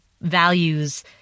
values